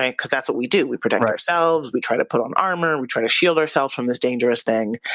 because that's what we do, we protect ourselves, we try to put on armor and we try to shield ourselves from this dangerous thing.